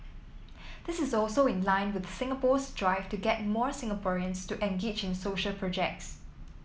this is also in line with Singapore's drive to get more Singaporeans to engage in social projects